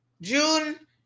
June